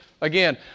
Again